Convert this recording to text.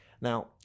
Now